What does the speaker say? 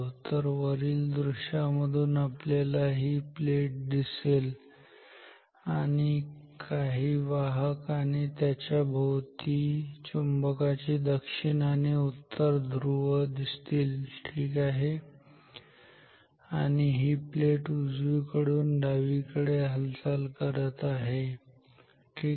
तर वरील दृश्य मधून आपल्याला ही प्लेट दिसेल काही वाहक आणि त्याच्यावरती चुंबकाचे दक्षिण आणि उत्तर ध्रुव ठीक आहे आणि ही प्लेट उजवीकडून डावीकडे हालचाल करीत आहे ठीक आहे